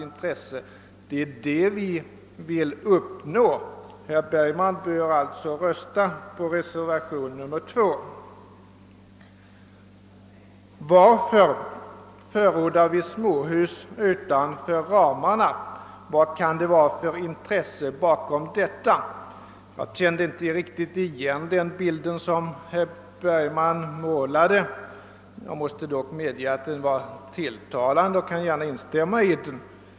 Det är emellertid det vi vill uppnå. Herr Bergman bör alltså rösta för reservationen 2. Herr Bergman frågade vidare vilka intressen som ligger bakom vårt förord för byggande av småhus utanför låneramarna. Jag känner inte riktigt igen den bild som herr Bergman målade upp, men jag måste medge att den var tilltalande och jag kan gärna instämma i den.